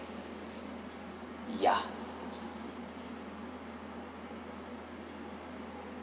yeah